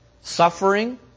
suffering